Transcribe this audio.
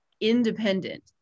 Independent